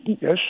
Yes